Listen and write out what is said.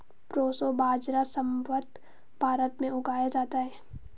proso बाजरा संभवत भारत में उगाया जाता है